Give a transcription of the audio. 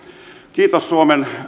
kiitos suomen